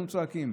אנחנו צועקים,